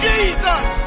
Jesus